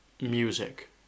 music